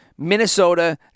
Minnesota